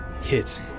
hits